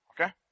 okay